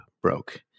broke